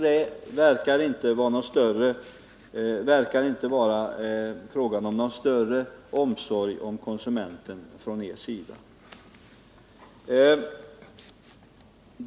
Det verkar inte vara fråga om någon större omsorg om konsumenterna från utskottsmajoritetens sida.